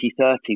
2030